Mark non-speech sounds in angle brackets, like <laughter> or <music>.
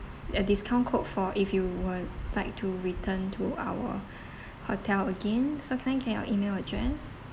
a discount code for if you would like to return to our <breath> hotel again so can I get your email address